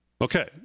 Okay